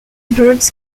birds